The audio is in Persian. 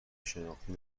شناختی